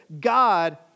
God